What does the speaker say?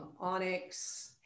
Onyx